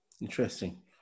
Interesting